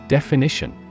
Definition